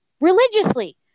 religiously